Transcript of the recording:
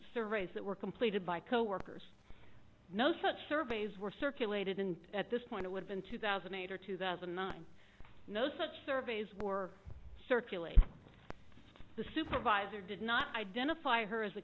surveys that were completed by coworkers no such surveys were circulated in at this point it would be in two thousand and eight or two thousand and nine no such surveys were circulated the supervisor did not identify her as a